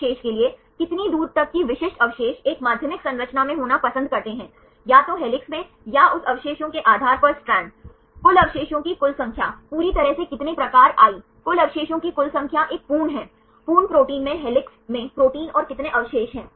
उदाहरण के लिए यदि आपके पास xyz निर्देशांक है सही तो यह वही समन्वय है जो मैं यहां 9176 में दिखाता हूं यह पहले एक के लिए समन्वय है सही तो यह प्लेन का एक समीकरण है